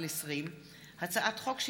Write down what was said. פ/5551/20 וכלה בהצעת חוק פ/5579/20: הצעת